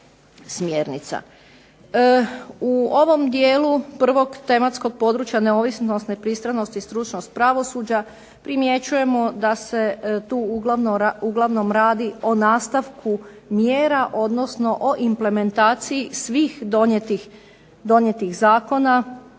smjernica. U ovom dijelu prvog tematskog područja - neovisnost, nepristranost i stručnost pravosuđa primjećujemo da se tu uglavnom radi o nastavku mjera, odnosno o implementaciji svih donijetih zakona